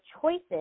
choices